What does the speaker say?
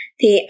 Thì